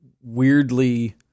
weirdly